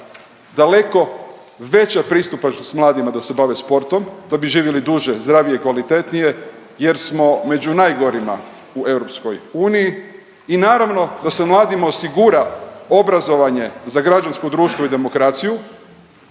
daleko veća pristupačnost mladima da se bave sportom, da bi živjeli duže, zdravije i kvalitetnije jer smo među najgorima u EU i naravno da se mladima osigura obrazovanje za građansko društvo i demokraciju